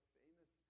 famous